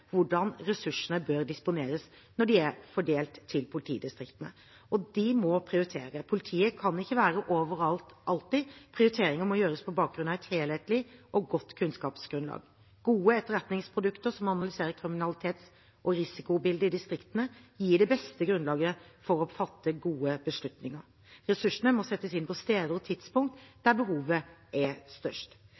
hvordan ressursene bør disponeres når de er fordelt til politidistriktene, og de må prioritere. Politiet kan ikke være overalt, alltid: Prioriteringer må gjøres på bakgrunn av et helhetlig og godt kunnskapsgrunnlag. Gode etterretningsprodukter som analyserer kriminalitets- og risikobildet i distriktene, gir det beste grunnlaget for å fatte gode beslutninger. Ressursene må settes inn på steder og tidspunkter der behovet er størst.